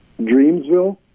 Dreamsville